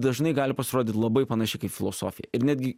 dažnai gali pasirodyt labai panaši kaip filosofija ir netgi